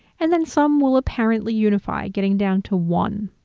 and then some will apparently unify, getting down to one.